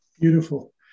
Beautiful